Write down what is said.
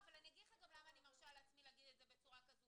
אני אגיד לך גם למה אני מרשה לעצמי להגיד את זה בצורה כזו